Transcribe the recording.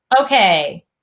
Okay